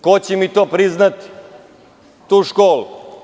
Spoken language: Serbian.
Ko će mi priznati tu školu?